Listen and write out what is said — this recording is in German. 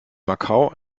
macau